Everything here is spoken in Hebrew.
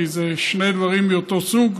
אלה זה שני דברים מאותו סוג,